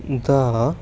दा